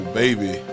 baby